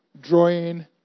drawing